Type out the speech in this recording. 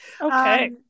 Okay